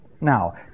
Now